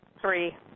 three